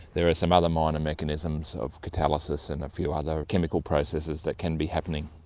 there are some other minor mechanisms of catalysis and a few other chemical processes that can be happening.